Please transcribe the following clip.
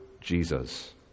Jesus